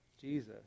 Jesus